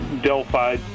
Delphi